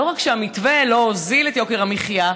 לא רק שהמתווה לא הוריד את יוקר המחיה,